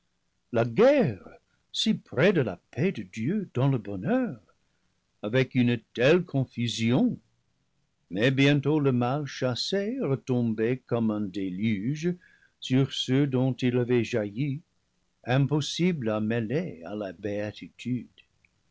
la guerre si près de la paix de dieu dans le bonheur avec une telle confusion mais bientôt le mal chassé retombait comme un déluge sur ceux dont il avait jailli impossible à mêler à la béatitude